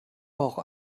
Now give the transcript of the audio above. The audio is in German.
bauch